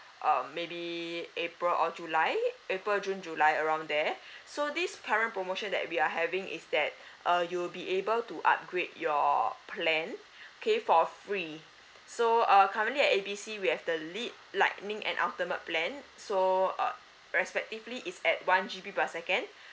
um maybe april or july april june july around there so this current promotion that we are having is that uh you'll be able to upgrade your plan okay for free so uh currently at A B C we have the lit lightning and ultimate plan so uh respectively it's at one G_B per second